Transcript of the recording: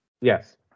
Yes